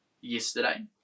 yesterday